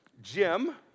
Jim